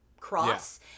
cross